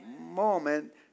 moment